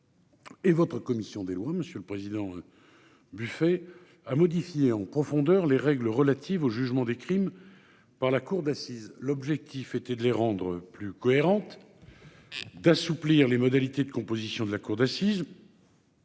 Et votre commission des lois, monsieur le président, buffet à modifier en profondeur les règles relatives au jugement des crimes par la cour d'assises, l'objectif était de les rendre plus cohérentes d'assouplir les modalités de composition de la cour d'assises.